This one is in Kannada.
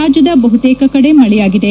ರಾಜ್ಯದ ಬಹುತೇಕ ಕಡೆ ಮಳೆಯಾಗಿದೆ